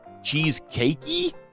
cheesecakey